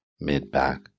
mid-back